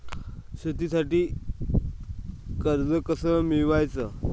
शेतीसाठी कर्ज कस मिळवाच?